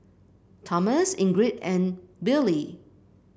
Tomas Ingrid and Billye